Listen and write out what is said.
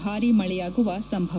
ಭಾರೀ ಮಳೆಯಾಗುವ ಸಂಭವ